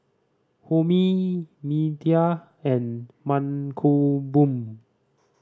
Homi Medha and Mankombu